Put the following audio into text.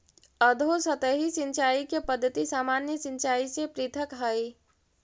अधोसतही सिंचाई के पद्धति सामान्य सिंचाई से पृथक हइ